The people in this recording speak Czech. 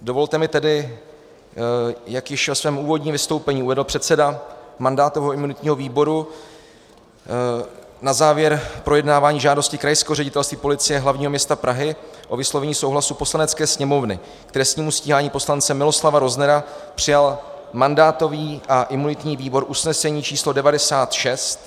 Dovolte mi tedy, jak již ve svém úvodním vystoupení uvedl předseda mandátového a imunitního výboru, na závěr projednávání žádosti Krajského ředitelství policie hlavního města Prahy o vyslovení souhlasu Poslanecké sněmovny k trestnímu stíhání poslance Miloslava Roznera přijal mandátový a imunitní výbor usnesení č. 96.